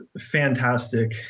fantastic